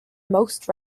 most